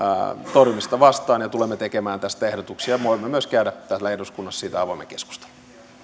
torjumista vastaan ja ja tulemme tekemään tästä ehdotuksia voimme myös käydä täällä eduskunnassa siitä avoimen keskustelun